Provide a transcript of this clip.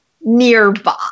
nearby